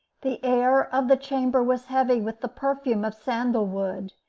the air of the chamber was heavy with the perfume of sandal-wood,